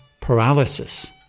paralysis